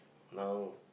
no